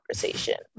conversation